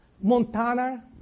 Montana